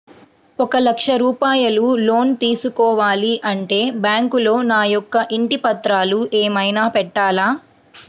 ఒక లక్ష రూపాయలు లోన్ తీసుకోవాలి అంటే బ్యాంకులో నా యొక్క ఇంటి పత్రాలు ఏమైనా పెట్టాలా?